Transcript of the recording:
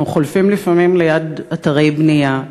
אנחנו חולפים לפעמים ליד אתרי בנייה,